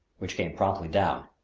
which came promptly down.